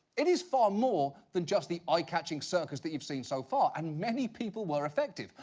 it is far more that just the eye-catching circus that you've seen so far, and many people were affected.